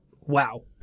wow